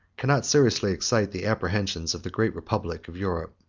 cannot seriously excite the apprehensions of the great republic of europe.